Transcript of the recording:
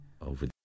over